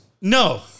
No